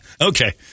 okay